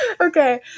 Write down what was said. Okay